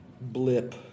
blip